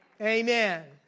Amen